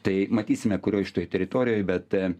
tai matysime kurioj šitoj teritorijoj bet